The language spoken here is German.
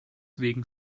wegen